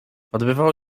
odbywało